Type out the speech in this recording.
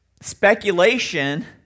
speculation